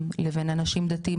דרך אגב,